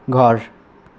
घर